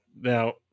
now